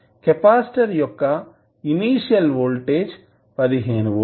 capacitor యొక్క initial voltage 15 volts